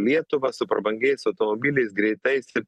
lietuvą su prabangiais automobiliais greitais ir